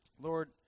Lord